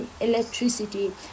electricity